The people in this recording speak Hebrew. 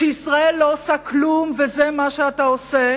כשישראל לא עושה כלום וזה מה שאתה עושה,